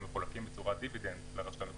הם מחולקים כדיבידנד לרשות המקומית.